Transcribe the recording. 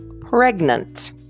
pregnant